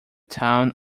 town